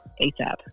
ASAP